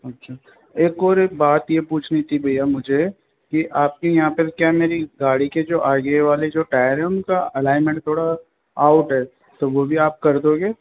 अच्छा एक और एक बात ये पूछनी थी भैया मुझे ये आपकी यहाँ पर क्या मेरी गाड़ी के जो आगे वाले जो टायर है उनका अलाइनमेंट थोड़ा आउट है तो वो भी आप कर दोगे